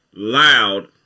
Loud